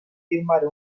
firmare